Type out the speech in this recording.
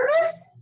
nervous